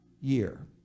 Year